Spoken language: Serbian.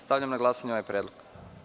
Stavljam na glasanje ovaj predlog.